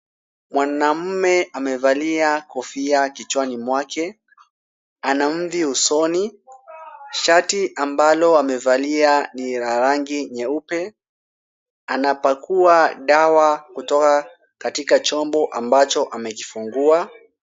Mwanaume amevalia kofia kichwani mwake, ana mvi usoni, shati ambalo amevalia ni la rangi nyeupe, anapakuwa dawa kutoka katika chombo ambacho amekifungua.